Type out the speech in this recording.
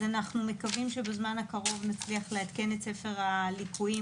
אז אנחנו מקווים שבזמן הקרוב נצליח לעדכן את ספר הליקויים